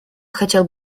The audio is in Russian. хотел